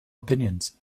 opinions